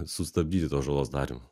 sustabdyti to žalos darymo